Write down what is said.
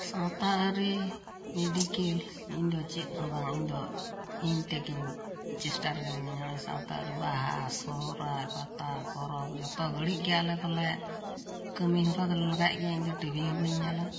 ᱥᱟᱶᱛᱟ ᱟᱹᱨᱤ ᱢᱮᱰᱤᱠᱮᱞ ᱤᱧᱫᱚ ᱪᱮᱫ ᱦᱚᱸ ᱵᱟᱝ ᱤᱧᱫᱚ ᱤᱧᱛᱮᱜᱮᱧ ᱪᱮᱥᱴᱟᱨᱮᱜᱮ ᱢᱤᱱᱟᱹᱧᱟ ᱱᱚᱜᱼᱚᱭ ᱥᱟᱶᱛᱟ ᱟᱹᱨᱤ ᱵᱟᱦᱟ ᱥᱚᱦᱚᱨᱟᱭ ᱯᱟᱛᱟ ᱯᱚᱨᱚᱵᱽ ᱡᱚᱛᱚ ᱜᱷᱟᱲᱤᱡᱜᱮ ᱟᱞᱮ ᱫᱚᱞᱮ ᱠᱟᱹᱢᱤ ᱦᱚᱨᱟ ᱫᱚᱞᱮ ᱞᱟᱜᱟᱭᱮᱫ ᱜᱮᱭᱟ ᱤᱧᱫᱚ ᱴᱤᱵᱤ ᱦᱚᱸ ᱵᱟᱹᱧ ᱧᱮᱞᱟ